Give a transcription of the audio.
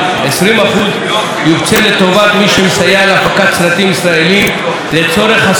יוקצה לטובת מי שמסייע להפקת סרטים ישראליים לצורך השאת רווחים,